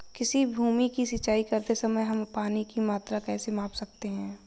किसी भूमि की सिंचाई करते समय हम पानी की मात्रा कैसे माप सकते हैं?